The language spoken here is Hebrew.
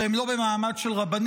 שהם לא במעמד של רבנים,